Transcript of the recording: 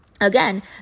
again